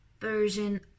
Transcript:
version